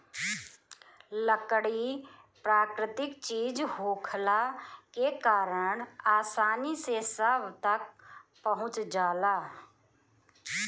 लकड़ी प्राकृतिक चीज होखला के कारण आसानी से सब तक पहुँच जाला